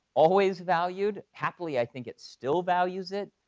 always valued, happily i think it still values it.